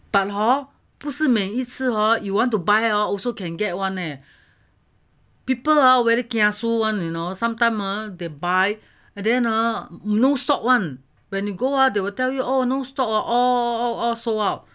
but hor 不是每一次 hor you want to buy you also can get [one] leh people are very kiasu [one] you know sometime they buy and then err no stock [one] when you go out ah they will tell you oh no stock all~ all sold out